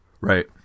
Right